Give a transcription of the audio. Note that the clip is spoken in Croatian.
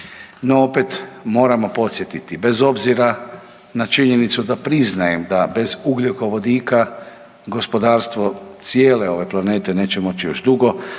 No opet moramo podsjetiti bez obzira na činjenicu da priznajem da bez ugljikovodika gospodarstvo cijele ove planete neće moći još dugo.